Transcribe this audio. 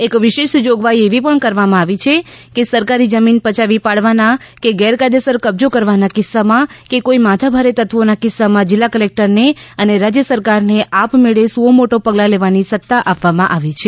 એક વિશેષ જોગવાઇ એવી પણ કરવામાં આવી છે કે સરકારી જમીન પયાવી પાડવાના કે ગેરકાયદેસર કબજો કરવાના કિસ્સામાં કે કોઇ માથાભારે તત્વોના કિસ્સામાં જિલ્લા કલેકટરને અને રાજ્ય સરકારને આપમેળે સુઓમોટો પગલાં લેવાની સત્તા આપવામાં આવી છે